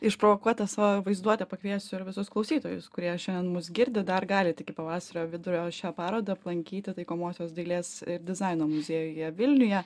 išprovokuot tą savo vaizduotę pakviesiu ir visus klausytojus kurie šiandien mus girdi dar galit iki pavasario vidurio šią parodą aplankyti taikomosios dailės ir dizaino muziejuje vilniuje